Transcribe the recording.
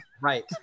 Right